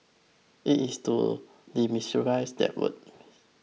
it is to demystify that word